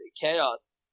chaos